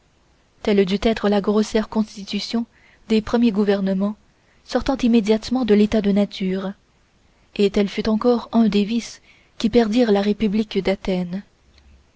telle dut être la grossière constitution des premiers gouvernements sortant immédiatement de l'état de nature et tel fut encore un des vices qui perdirent la république d'athènes